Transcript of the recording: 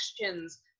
questions